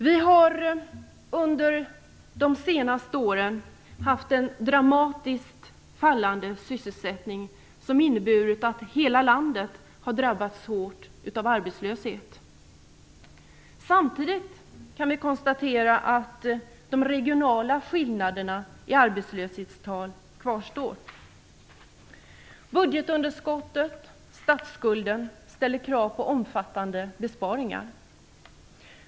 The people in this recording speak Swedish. Vi har under de senaste åren haft en dramatiskt fallande sysselsättning som inneburit att hela landet har drabbats hårt av arbetslöshet. Samtidigt kan vi konstatera att de regionala skillnaderna i arbetslöshetstal kvarstår. Budgetunderskottet och statsskulden ställer krav på omfattande besparingar.